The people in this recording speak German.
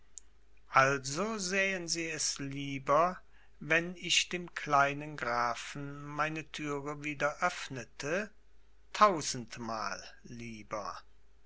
also sähen sie es lieber wenn ich dem kleinen grafen meine türe wieder öffnete tausendmal lieber